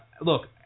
look